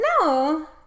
No